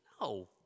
No